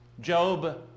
Job